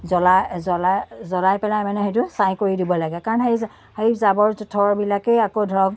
জ্বলা জ্বলা জ্বলাই পেলাই মানে সেইটো ছাই কৰি দিব লাগে কাৰণ সেই সেই জাবৰ জোঁথৰবিলাকেই আকৌ ধৰক